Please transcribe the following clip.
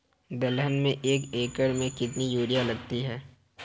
दलहन में एक एकण में कितनी यूरिया लगती है?